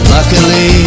Luckily